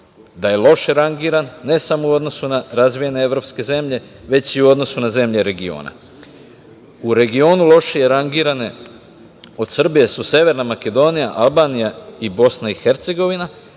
da je loše rangiran, ne samo u odnosu na razvijene evropske zemlje, već i u odnosu na zemlje regiona. U regionu lošije rangirane od Srbije su severna Makedonija, Albanija i BiH,